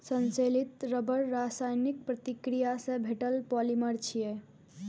संश्लेषित रबड़ रासायनिक प्रतिक्रिया सं भेटल पॉलिमर छियै